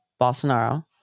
Bolsonaro